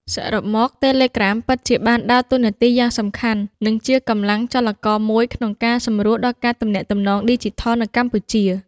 សរុបមក Telegram ពិតជាបានដើរតួនាទីយ៉ាងសំខាន់ និងជាកម្លាំងចលករមួយក្នុងការ សម្រួលដល់ការទំនាក់ទំនងឌីជីថលនៅកម្ពុជា។